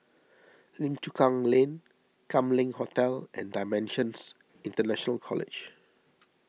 Lim Chu Kang Lane Kam Leng Hotel and Dimensions International College